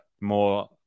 More